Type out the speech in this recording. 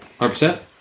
100%